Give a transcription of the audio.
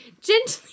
gently